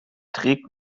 trägt